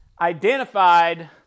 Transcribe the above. identified